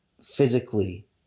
physically